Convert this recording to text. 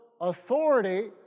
authority